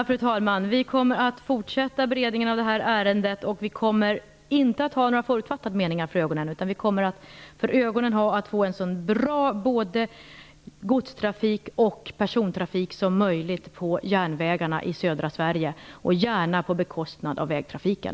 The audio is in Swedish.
Fru talman! Vi kommer att fortsätta beredningen av det här ärendet och vi kommer inte att ha några förutfattade meningar. Vi kommer att för ögonen ha en så bra godstrafik och persontrafik som möjligt på järnvägarna i södra Sverige, gärna på bekostnad av vägtrafiken.